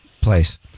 place